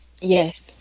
Yes